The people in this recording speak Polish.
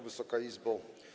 Wysoka Izbo!